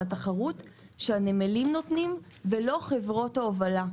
התחרות שהנמלים נותנים ולא חברות ההובלה.